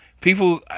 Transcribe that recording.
People